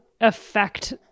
affect